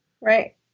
Right